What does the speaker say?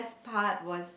part was